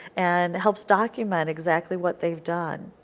and helps document exactly what they have done.